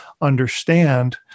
understand